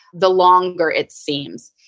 the longer it seems.